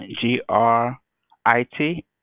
G-R-I-T